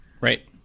Right